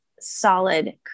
solid